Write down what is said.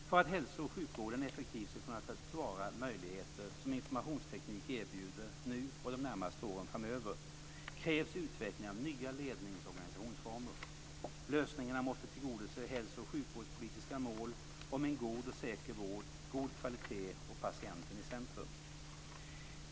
För att hälso och sjukvården effektivt ska kunna ta till vara möjligheter som informationstekniken erbjuder nu och de närmaste åren framöver krävs utveckling av nya lednings och organisationsformer. Lösningarna måste tillgodose hälso och sjukvårdspolitiska mål om en god och säker vård, god kvalitet och patienten i centrum.